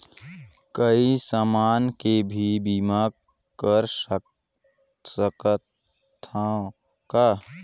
कोई समान के भी बीमा कर सकथव का?